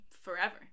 forever